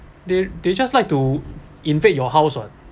they they just like to invade your house [what]